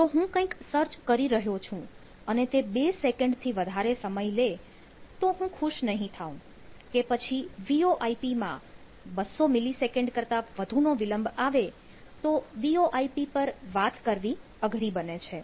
જો હું કંઈક સર્ચ કરી રહ્યો છું અને તે બે સેકન્ડ થી વધારે સમય લે તો હું ખુશ નહીં થાઉં કે પછી VOIP માં 200mS કરતાં વધુનો વિલંબ આવે તો VOIP પર વાત કરવી અઘરી બને છે